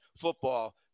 football